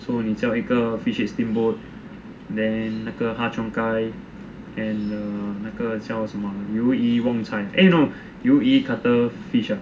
so 你叫一个 fish head steamboat then 那个 and the 那个叫什么鱿鱼旺菜 eh no 鱿鱼 cuttle fish ah